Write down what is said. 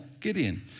Gideon